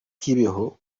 kibeho